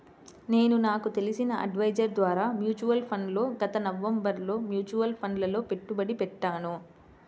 నేను నాకు తెలిసిన అడ్వైజర్ ద్వారా మ్యూచువల్ ఫండ్లలో గత నవంబరులో మ్యూచువల్ ఫండ్లలలో పెట్టుబడి పెట్టాను